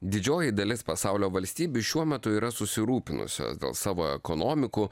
didžioji dalis pasaulio valstybių šiuo metu yra susirūpinusios dėl savo ekonomikų